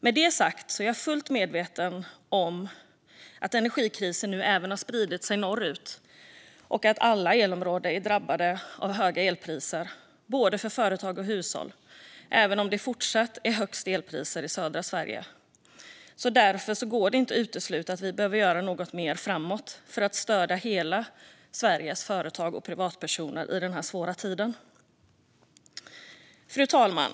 Med det sagt är jag fullt medveten om att energikrisen nu även har spridit sig norrut och att alla elområden är drabbade av höga elpriser för både företag och hushåll, även om det fortsatt är högre elpriser i södra Sverige. Därför går det inte att utesluta att vi behöver göra något mer framåt för att stödja hela Sveriges företag och privatpersoner i den här svåra tiden. Fru talman!